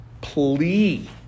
plea